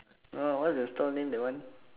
no no what is the store name that one